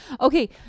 okay